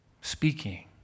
Speaking